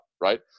right